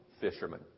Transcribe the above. fishermen